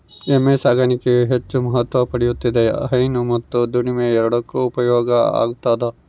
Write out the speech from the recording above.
ಎಮ್ಮೆ ಸಾಕಾಣಿಕೆಯು ಹೆಚ್ಚು ಮಹತ್ವ ಪಡೆಯುತ್ತಿದೆ ಹೈನು ಮತ್ತು ದುಡಿಮೆ ಎರಡಕ್ಕೂ ಉಪಯೋಗ ಆತದವ